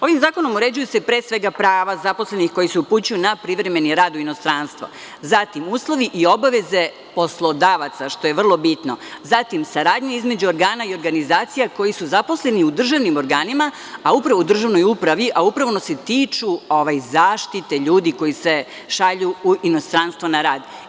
Ovim zakonom, pre svega, uređuju se prava zaposlenih koji se upućuju na privremeni rad u inostranstvo, zatim uslovi i obaveze poslodavac, što je vrlo bitno, zatim, saradnja između organa i organizacija koji su zaposleni u državnim organima, a upravo se tiču zaštite ljudi koji se šalju u inostranstvo na rad.